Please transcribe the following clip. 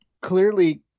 clearly